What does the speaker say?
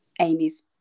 Amy's